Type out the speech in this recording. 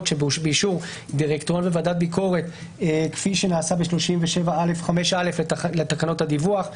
באישור דירקטוריון וועדת ביקורת כפי שנעשה ב-37א(5א) לתקנות הדיווח,